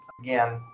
Again